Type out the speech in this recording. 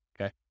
okay